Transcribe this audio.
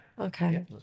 Okay